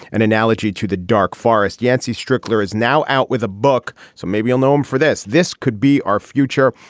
an analogy to the dark forest. yancey strickler is now out with a book so maybe i'll know him for this. this could be our future.